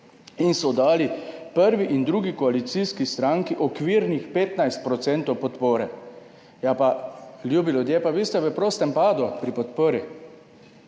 in so dali prvi in drugi koalicijski stranki okvirnih 15 % podpore. Ja pa, ljubi ljudje, pa vi ste v prostem padu pri podpori.